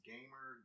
Gamer